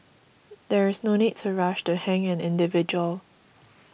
there is no need to rush to hang an individual